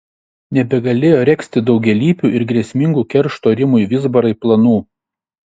nebegalėjo regzti daugialypių ir grėsmingų keršto rimui vizbarai planų